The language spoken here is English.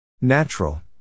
Natural